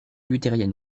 luthérienne